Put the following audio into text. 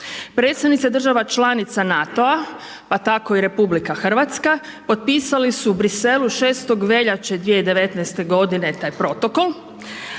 Predsjednica država članica NATO-a pa tako i RH potpisali su u Bruxellesu 6. veljače 2019. godine taj protokol,